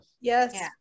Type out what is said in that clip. Yes